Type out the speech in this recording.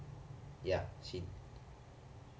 ya she